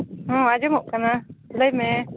ᱦᱮᱸ ᱟᱡᱚᱢᱚᱜ ᱠᱟᱱᱟ ᱞᱟᱹᱭ ᱢᱮ